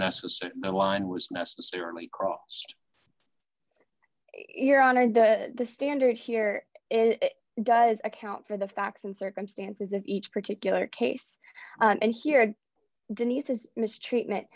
necessary that wind was necessarily crossed your honor the the standard here is does account for the facts and circumstances of each particular case and here denise is mistreatment